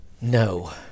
No